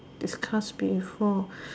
is discussed before